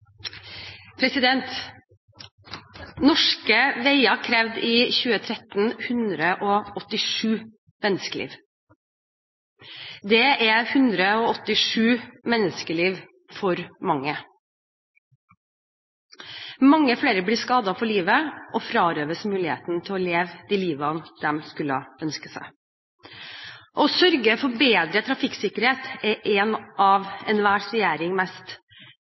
avsluttet. Norske veier krevde i 2013 187 menneskeliv. Det er 187 menneskeliv for mange. Mange flere blir skadet for livet og frarøves muligheten til å leve de livene de skulle ha ønsket seg. Å sørge for bedre trafikksikkerhet er en av enhver regjerings mest